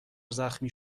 زخمی